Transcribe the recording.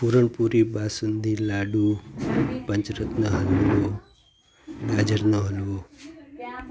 પુરણપોળી બાસુંદી લાડુ પંચ રત્ન હલવો ગાજરનો હલવો